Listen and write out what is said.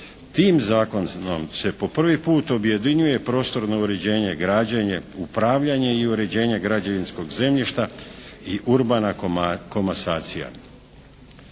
Tim zakonom se po prvi put objedinjuje prostorno uređenje, građenje, upravljanje i uređenje građevinskog zemljišta i urbana komasacija.